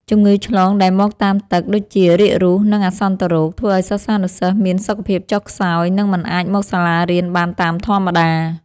ជំងឺឆ្លងដែលមកតាមទឹក ដូចជារាករូស និងអាសន្នរោគ ធ្វើឱ្យសិស្សានុសិស្សមានសុខភាពចុះខ្សោយ និង មិនអាចមកសាលារៀនបានតាមធម្មតា។